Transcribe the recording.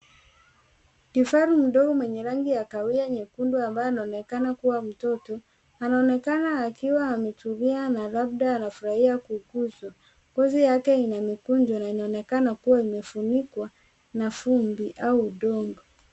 Kifaru mdogo mwneye rangi ya kahawia nyekundu ambaye anaonekana kuwa mtoto . Anaonekana akiwa ametulia na labda anafurahia kuguswa. Ngozi yake ina nyekundu na inaonekana kuwa imefunikwa na vumbi au udongo.